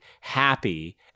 happy